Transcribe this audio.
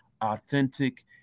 authentic